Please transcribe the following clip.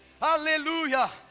Hallelujah